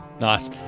Nice